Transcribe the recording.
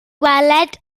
weled